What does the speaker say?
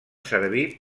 servir